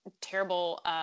terrible –